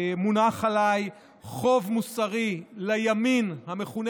מונח עליי חוב מוסרי לימין המכונה